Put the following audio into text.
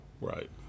Right